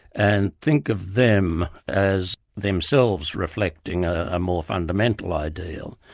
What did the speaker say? and think of them as themselves reflecting a more fundamental ideal,